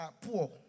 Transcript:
poor